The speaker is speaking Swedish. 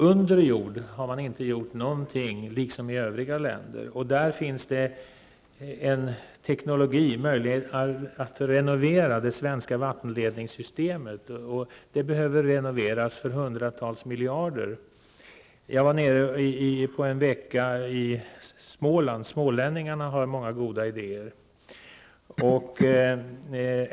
Under jord har man inte gjort någonting, liksom i andra länder. Det finns teknologi och möjlighet att renovera det svenska vattenledningssystemet. Det behöver renoveras för hundratals miljarder kronor. Jag var nere i Småland en vecka. Smålänningarna har många goda idéer.